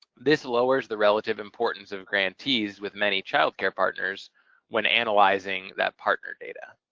this lowers the relative importance of grantees with many child care partners when analyzing that partner data.